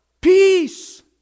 Peace